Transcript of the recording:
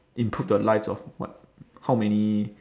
improve the lives of what how many